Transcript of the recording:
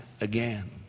again